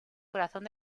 corazón